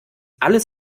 alles